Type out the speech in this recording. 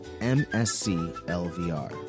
M-S-C-L-V-R